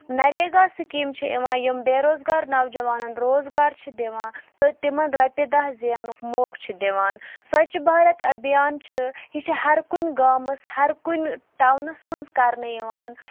NREGA scheme چھِ یِوان یِم بے روزگار نوجوانن روزگار چھِ دِوان تہٕ تِمن رۄپیہِ دہ زینُک موقع چھُ دِوان سوچھ بھارت أبیان چھُ یہِ چھُ ہر کُنہِ گامَس ہَر کُنہِ ٹاونَس منٛز کرنہٕ یِوان